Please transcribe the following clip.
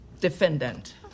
defendant